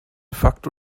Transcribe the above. facto